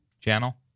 channel